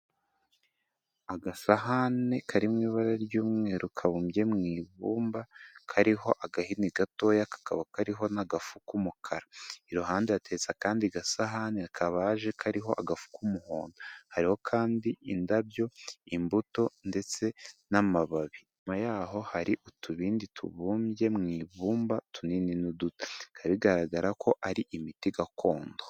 Agasahane kari mu ibara ry'umweru kabumbye mu ibumba, kariho agahini gatoya, kakaba kariho n'agafu k'umukara, iruhande hateretse akandi gasahane kabaje kariho agafu k'umuhondo, hariho kandi indabyo, imbuto ndetse n'amababi, inyuma yaho hari utubindi tubumbye mu ibumba tunini n'uduto, bikaba bigaragara ko ari imiti gakondo.